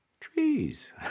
trees